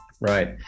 right